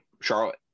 charlotte